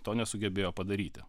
to nesugebėjo padaryti